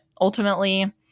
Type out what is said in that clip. ultimately